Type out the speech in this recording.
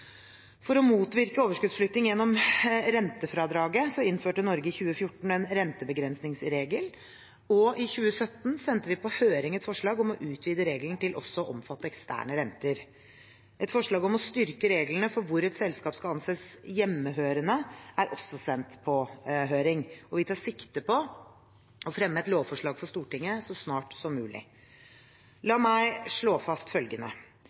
For å motvirke overskuddsflytting gjennom rentefradraget innførte Norge i 2014 en rentebegrensningsregel, og i 2017 sendte vi på høring et forslag om å utvide regelen til også å omfatte eksterne renter. Et forslag om å styrke reglene for hvor et selskap skal anses hjemmehørende, er også sendt på høring, og vi tar sikte på å fremme et lovforslag for Stortinget så snart som mulig. La meg slå fast: